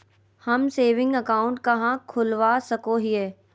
हम saving account कहाँ खोलवा सको हियै?